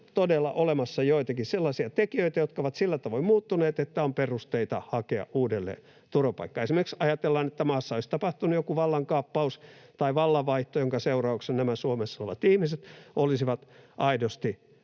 todella olemassa joitakin sellaisia tekijöitä, jotka ovat sillä tavoin muuttuneet, että on perusteita hakea uudelleen turvapaikkaa. Esimerkiksi ajatellaan, että maassa olisi tapahtunut joku vallankaappaus tai vallanvaihto, jonka seurauksena nämä Suomessa olevat ihmiset olisivat aidosti